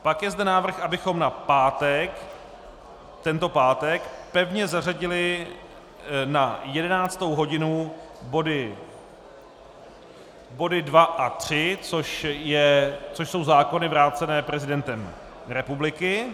Pak je zde návrh, abychom na tento pátek pevně zařadili na 11. hodinu body 2 a 3, což jsou zákony vrácené prezidentem republiky.